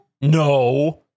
No